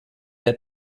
that